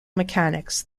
mechanics